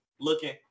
looking